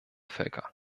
völker